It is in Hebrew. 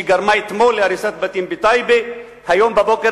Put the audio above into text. שגרמה אתמול להריסת בתים בטייבה והיום בבוקר